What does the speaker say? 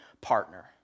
partner